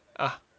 ah